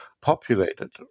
populated